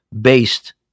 based